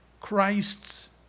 Christ's